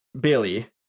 Billy